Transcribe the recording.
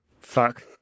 Fuck